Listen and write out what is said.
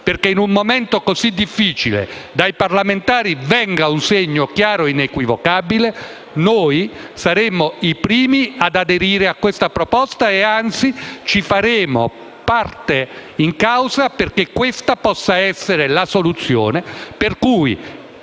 perché in un momento così difficile dai parlamentari venga un segno chiaro e inequivocabile, noi saremmo i primi ad aderire a questa proposta e, anzi, ci faremo parte in causa, perché questa possa essere la soluzione per cui